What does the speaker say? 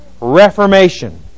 Reformation